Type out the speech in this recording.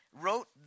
Wrote